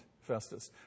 Festus